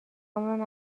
اونو